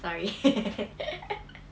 sorry